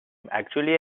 actually